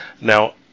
now